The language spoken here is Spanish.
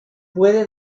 puede